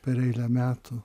per eilę metų